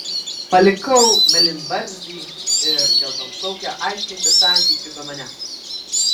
palikau mėlynbarzdį ir geltonplaukę aiškintis santykių be manęs